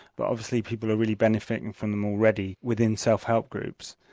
but obviously people are really benefiting from them already within self help groups.